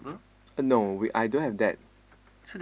uh no I don't have that